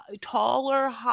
taller